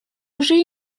уже